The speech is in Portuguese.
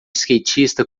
skatista